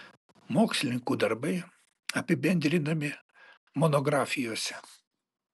mokslininkų darbai apibendrinami monografijose